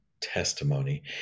Testimony